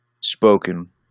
spoken